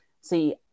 See